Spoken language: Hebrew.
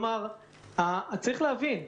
צריך להבין,